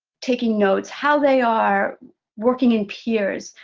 taking notes. how they are working in peers.